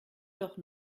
doch